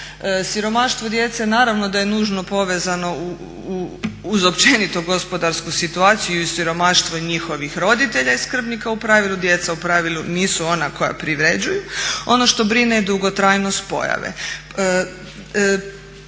Siromaštvo djece naravno da je nužno povezano uz općenito gospodarsku situaciju i siromaštvo njihovih roditelja i skrbnika. U pravilu djeca nisu ona koja privređuju. Ono što brine je dugotrajnost pojave.